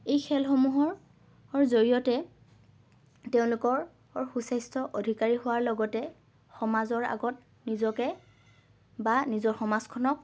এই খেলসমূহৰ জৰিয়তে তেওঁলোকৰ সু স্বাস্থ্যৰ অধিকাৰী হোৱাৰ লগতে সমাজৰ আগত নিজকে বা নিজৰ সমাজখনক